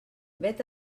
vet